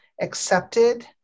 accepted